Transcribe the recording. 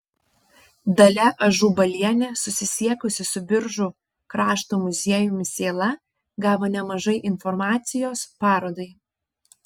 dalia ažubalienė susisiekusi su biržų krašto muziejumi sėla gavo nemažai informacijos parodai